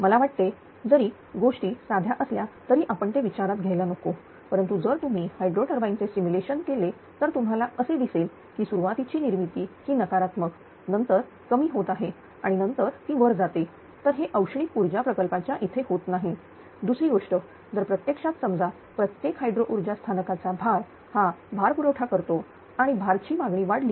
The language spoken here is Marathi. मला वाटते जरी गोष्टी साध्या असल्या तरी आपण ते विचारात घ्यायला नको परंतु जर तुम्ही हायड्रो टरबाइन चे सिम्युलेशन केले तर तुम्हाला असे दिसेल की सुरुवातीची निर्मिती ही नकारात्मक नंतर कमी होत आहे आणि नंतर ती वर जाते तर हे औष्णिक ऊर्जा प्रकल्पाच्या इथे होत नाही दुसरी गोष्ट जर प्रत्यक्षात समजा प्रत्येक हायड्रो ऊर्जा स्थानकाचा भार हा भार पुरवठा करतो आणि भार ची मागणी वाढली